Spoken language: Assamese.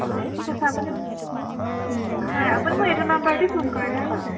অঁ ঠিক আছে আপুনি হয় আপুনি মোক এইটো নম্বৰতে ফোন কৰিলে হ'ল